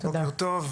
בוקר טוב,